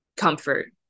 Comfort